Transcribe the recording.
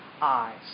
eyes